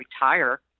retire